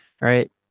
right